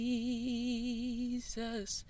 Jesus